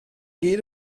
gyd